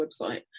website